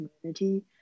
community